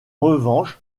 revanche